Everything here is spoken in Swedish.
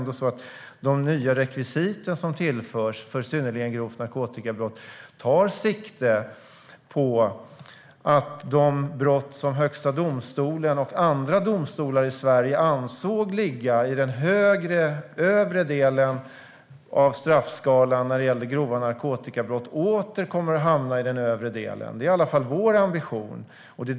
De nya rekvisit som tillförs för synnerligen grovt narkotikabrott tar sikte på att de brott som Högsta domstolen och andra domstolar i Sverige ansåg ligga i den övre delen av straffskalan när det gällde grova narkotikabrott åter kommer att hamna i den övre delen. Det är i alla fall vår ambition.